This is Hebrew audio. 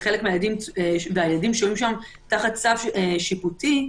והילדים שוהים שם תחת צו שיפוטי.